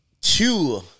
two